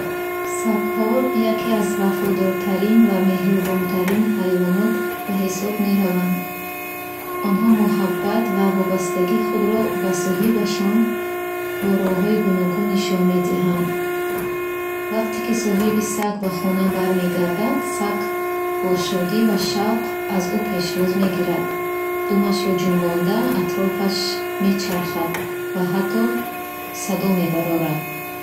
Сагҳо яке аз вафодортарин ва меҳрубонтарин ҳайвонот ба ҳисоб мераванд. Онҳо муҳаббат ва вобастагии худро ба соҳибашон бо роҳҳои гуногун нишон медиҳанд. Вақте ки соҳиби саг ба хона бармегардад, саг бо шодӣ ва шавқ аз ӯ пешвоз мегирад, думашро ҷунбонда, атрофаш мечархад ва ҳатто садо мебарорад.